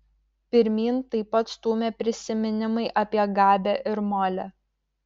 pirmyn taip pat stūmė prisiminimai apie gabę ir molę